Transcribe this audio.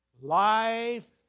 life